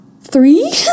three